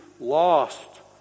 lost